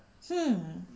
hmm